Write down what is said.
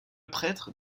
prêtre